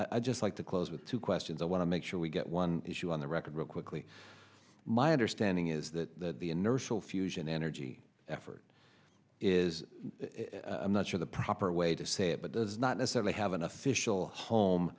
i just like to close with two questions i want to make sure we get one issue on the record real quickly my understanding is that the inertial fusion energy effort is i'm not sure the proper way to say it but does not necessarily have an official home